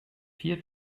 peer